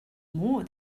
more